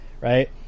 right